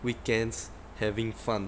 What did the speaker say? weekends having fun